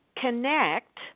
connect